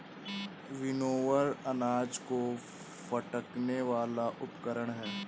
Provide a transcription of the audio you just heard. winnower अनाज को फटकने वाला उपकरण है